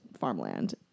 farmland